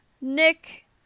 Nick